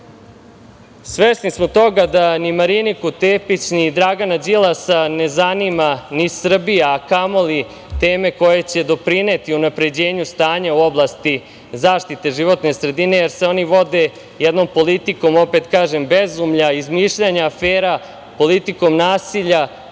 smo toga da ni Mariniku Tepić, ni Dragana Đilasa ne zanima ni Srbija, a kamoli teme koje će doprineti unapređenju stanja u oblasti zaštite životne sredine, jer se oni vode jednom politikom opet kažem, bezumlja, izmišljanja afera, politikom nasilja,